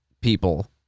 people